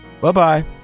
Bye-bye